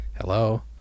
hello